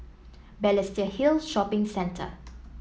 Balestier Hill Shopping Centre